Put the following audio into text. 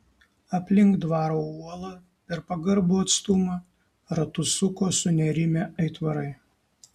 aplink dvaro uolą per pagarbų atstumą ratus suko sunerimę aitvarai